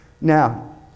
Now